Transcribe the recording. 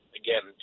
again